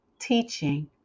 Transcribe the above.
teaching